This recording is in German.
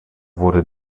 wurde